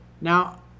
Now